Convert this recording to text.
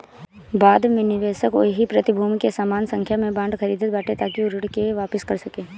बाद में निवेशक ओही प्रतिभूति के समान संख्या में बांड खरीदत बाटे ताकि उ ऋण के वापिस कर सके